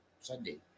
Sunday